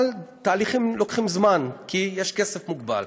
אבל תהליכים לוקחים זמן כי יש כסף מוגבל.